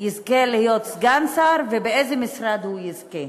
יזכה להיות סגן שר, ובאיזה משרד הוא יזכה.